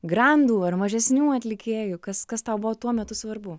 grandų ar mažesnių atlikėjų kas kas tau buvo tuo metu svarbu